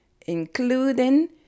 including